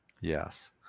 Yes